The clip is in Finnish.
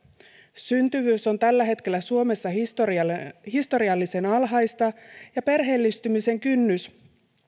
syntyvyys on tällä hetkellä suomessa historiallisen historiallisen alhaista ja perheellistymisen kynnys